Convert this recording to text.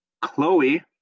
Chloe